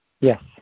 yes